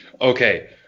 Okay